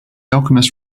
alchemist